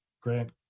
Grant